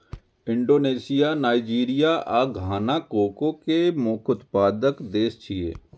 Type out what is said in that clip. Indonesia, Nigeria आ Ghana cocoa के मुख्य उत्पादक देश छियै